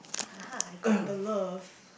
(uh huh) I got the love